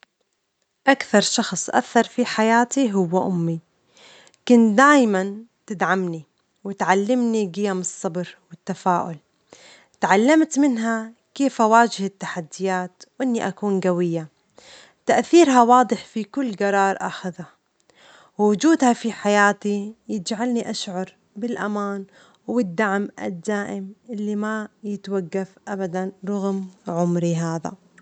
أكثر شخص أثر في حياتي هو أمي، كانت دايماً تدعمني وتعلمني جيم الصبر والتفاؤل، تعلمت منها كيف أواجه التحديات وإني أكون جوية، تأثيرها واضح في كل جرار أخذه، وجودها في حياتي يجعلني أشعر بالأمان و الدعم الدائم اللي ما يتوجف ابداً رغم عمري هذا.